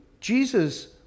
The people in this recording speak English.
Jesus